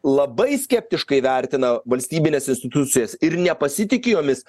labai skeptiškai vertina valstybines institucijas ir nepasitiki jomis